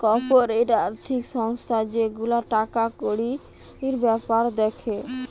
corporate আর্থিক সংস্থা যে গুলা টাকা কড়ির বেপার দ্যাখে